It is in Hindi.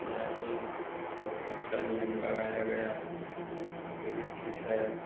बिहार में बहुत अच्छा नियम लगाया गया यह भी ठीक है